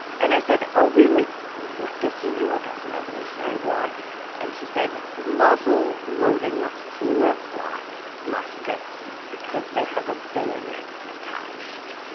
and i said oh really. what does he know about the revolutionary war and she said muzzle loading flint lock muskets because they have a bayonet attached.